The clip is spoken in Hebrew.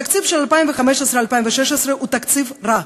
התקציב של 2015 2016 הוא תקציב רע.